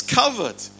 covered